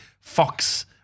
fox